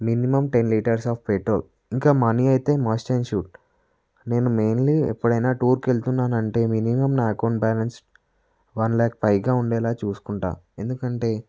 minimum ten litres of petrol ఇంకా money అయితే must and should నేను మెయిన్లీ ఎప్పుడైనా టూర్కి వెళ్తున్నాను అంటే మినిమం నా అకౌంట్ బ్యాలెన్స్ వన్ లాక్ పైగా ఉండేలా చూసుకుంటాను ఎందుకంటే